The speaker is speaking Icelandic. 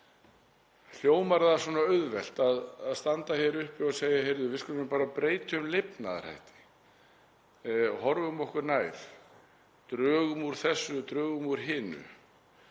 hana. Það er auðvelt að standa hér uppi og segja: Heyrðu, við skulum nú bara breyta um lifnaðarhætti, horfum okkur nær, drögum úr þessu og drögum úr hinu.